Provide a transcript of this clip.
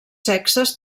sexes